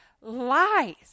lies